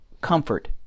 Comfort